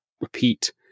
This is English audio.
repeat